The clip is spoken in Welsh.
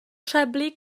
treblu